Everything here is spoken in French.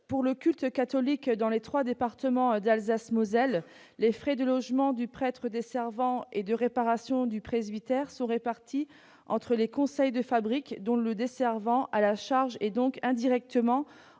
pour le culte catholique, dans les trois départements d'Alsace-Moselle, les frais de logement du prêtre desservant et de réparation du presbytère sont répartis entre les conseils de fabrique dont le desservant a la charge et donc, indirectement,